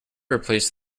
replace